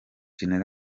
gen